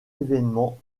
événement